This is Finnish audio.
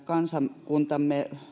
kansakuntamme